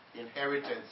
inheritance